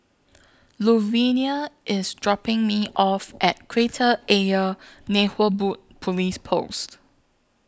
Luvinia IS dropping Me off At Kreta Ayer Police Post